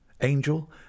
Angel